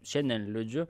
šiandien liūdžiu